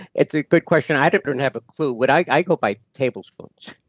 it's a good question. i don't don't have a clue. but i i go by tablespoons.